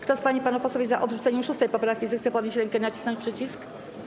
Kto z pań i panów posłów jest za odrzuceniem 6. poprawki, zechce podnieść rękę i nacisnąć przycisk.